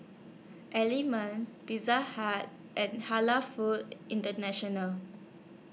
Element Pizza Hut and Halal Foods International